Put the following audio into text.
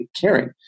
caring